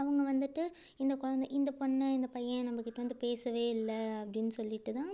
அவங்க வந்துட்டு இந்த குழந்தை இந்த பொண்ணு இந்த பையன் நம்பக்கிட்ட வந்து பேசவே இல்லை அப்படின்னு சொல்லிட்டு தான்